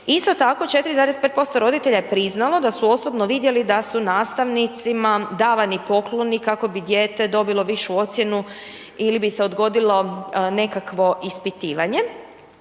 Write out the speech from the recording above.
Isto tako 4,5% roditelja je priznalo da su osobno vidjeli, da su nastavnicima davani pokloni, kako bi dijete dobilo višu ocjenu ili bi se odgodilo nekakvo ispitivanje.